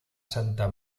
santa